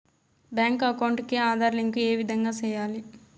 Bank account కి Aadhaar link ఏ విధంగా సెయ్యాలి?